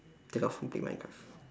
who play minecraft